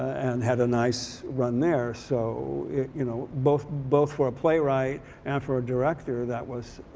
and had a nice run there. so, you know, both both for a playwright and for a director that was